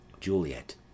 Juliet